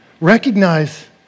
recognize